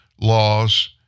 laws